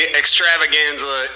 extravaganza